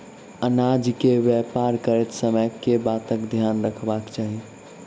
अनाज केँ व्यापार करैत समय केँ बातक ध्यान रखबाक चाहि?